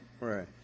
Right